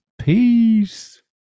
Peace